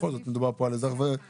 בכל זאת, מדובר פה על אזרח ותיק.